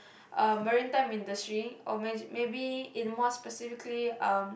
um maritime industry more specifically um